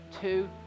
two